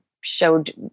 showed